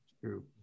true